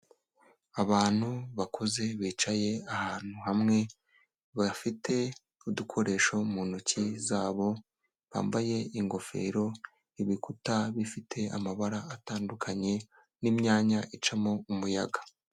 Abantu bakuze bicaye ahantu hamwe, bafite udukoresho mu ntoki zabo, bambaye ingofero ibikuta bifite amabara atandukanye n'imyanya icamo umuyaga.